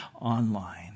online